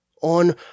on